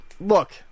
look